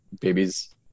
babies